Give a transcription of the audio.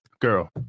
Girl